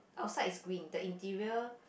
outside is green the interior